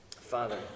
Father